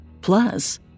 Plus